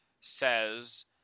says